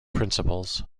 principles